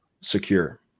secure